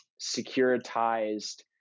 securitized